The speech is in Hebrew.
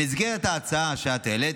במסגרת ההצעה שאת העלית,